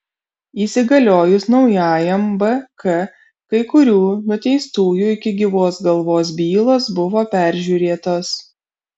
įsigaliojus naujajam bk kai kurių nuteistųjų iki gyvos galvos bylos buvo peržiūrėtos